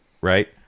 right